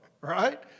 right